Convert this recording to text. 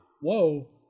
Whoa